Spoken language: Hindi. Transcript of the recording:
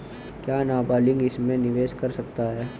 क्या नाबालिग इसमें निवेश कर सकता है?